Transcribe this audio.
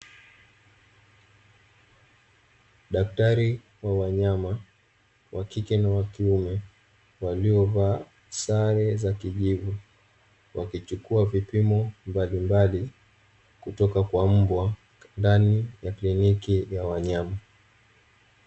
Daktari wa wanyama (wa kike na wa kiume) waliovaa sare za kijivu, wakichukua vipimo mbalimbali kutoka kwa mbwa ndani ya kliniki ya wanyama.